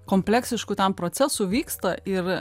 kompleksiškų tam procesų vyksta ir